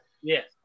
yes